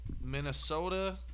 Minnesota